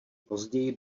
později